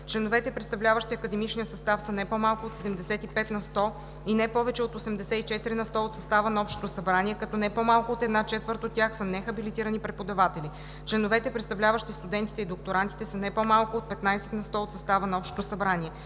Членовете, представляващи академичния състав, са не по-малко от 75 на сто и не повече от 84 на сто от състава на общото събрание, като не по-малко от една четвърт от тях са нехабилитирани преподаватели; членовете, представляващи студентите и докторантите, са не по-малко от 15 на сто от състава на общото събрание;